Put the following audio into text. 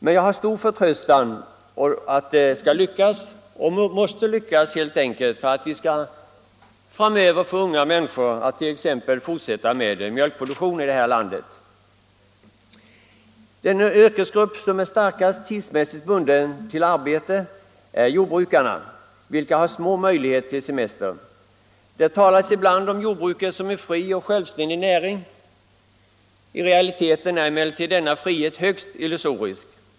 Men jag har stor förtröstan att detta skall lyckas. Det måste helt enkelt lyckas för att vi framöver skall få unga människor att t.ex. fortsätta med mjölkproduktionen. Den yrkesgrupp som tidsmässigt är starkast bunden till sitt arbete är jordbrukarna. De har små möjligheter till semester. Det talas ibland om jordbruket som en fri och självständig näring. I realiteten är emellertid denna frihet högst illusorisk.